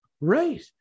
Right